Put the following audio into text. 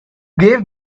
gave